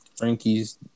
Frankie's